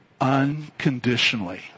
unconditionally